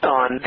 on